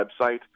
website